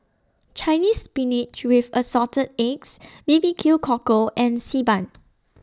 Chinese Spinach with Assorted Eggs B B Q Cockle and Xi Ban